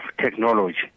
Technology